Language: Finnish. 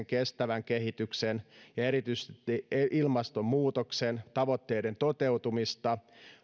kestävän kehityksen ja erityisesti ilmastonmuutoksen tavoitteiden toteutumista